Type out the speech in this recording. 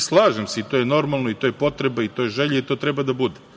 Slažem se, to je normalno, to je potreba i to je želja i to treba da bude.